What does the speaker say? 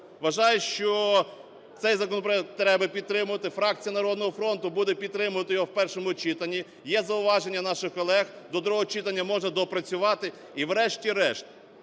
Вважаю, що цей законопроект треба підтримувати. Фракція "Народного фронту" буде підтримувати його в першому читанні. Є зауваження наших колег, до другого читання можна доопрацювати. І врешті-решт